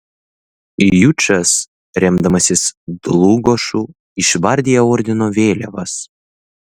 jučas remdamasis dlugošu išvardija ordino vėliavas